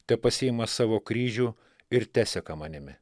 tepasiima savo kryžių ir teseka manimi